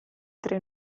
tre